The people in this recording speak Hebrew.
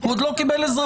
הוא עוד לא קיבל אזרחות,